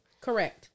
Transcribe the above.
Correct